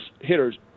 hitters